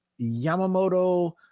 Yamamoto